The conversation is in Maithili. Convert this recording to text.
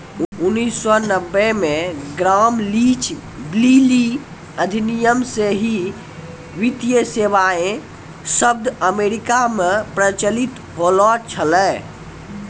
उन्नीस सौ नब्बे मे ग्राम लीच ब्लीली अधिनियम से ही वित्तीय सेबाएँ शब्द अमेरिका मे प्रचलित होलो छलै